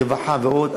רווחה ועוד,